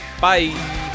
Bye